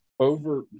Over